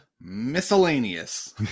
miscellaneous